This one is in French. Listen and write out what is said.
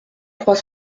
trois